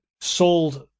sold